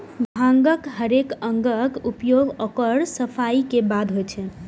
भांगक हरेक अंगक उपयोग ओकर सफाइ के बादे होइ छै